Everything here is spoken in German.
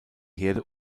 herde